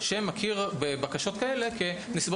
שמכיר בקשות כאלה כנסיבות